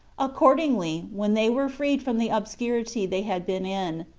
accordingly, when they were freed from the obscurity they had been in,